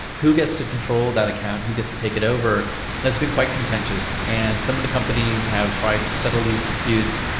who gets to control that account and who gets to take it over has been quite contentious. and some of the companies have tried to settle these disputes,